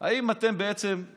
האם אתם בעצם,